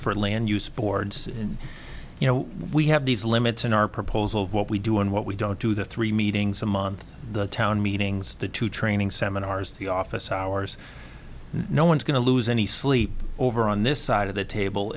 for land use boards and you know we have these limits in our proposal of what we do and what we don't do the three meetings a month the town meetings the two training seminars the offices hours no one is going to lose any sleep over on this side of the table